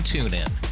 TuneIn